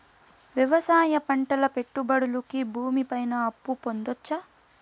వ్యవసాయం పంటల పెట్టుబడులు కి భూమి పైన అప్పు పొందొచ్చా?